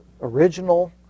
original